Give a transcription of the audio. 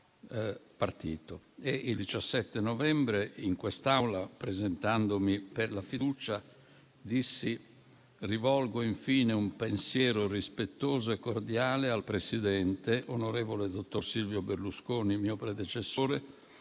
Il 17 novembre, in quest'Aula, presentandomi per la fiducia, dissi di rivolgere infine un pensiero rispettoso e cordiale al presidente, onorevole dottor Silvio Berlusconi, mio predecessore,